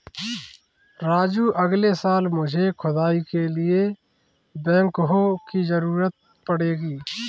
राजू अगले साल मुझे खुदाई के लिए बैकहो की जरूरत पड़ेगी